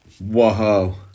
whoa